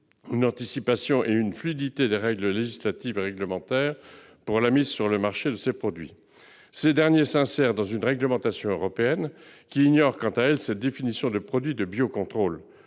une anticipation et une fluidité des règles législatives et réglementaires relatives à la mise sur le marché de ces produits. Ces derniers s'insèrent dans une réglementation européenne qui ignore la définition des produits de biocontrôle.